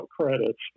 credits